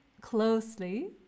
closely